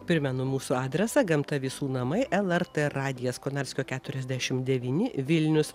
primenu mūsų adresą gamta visų namai lrt radijas konarskio keturiasdešim devyni vilnius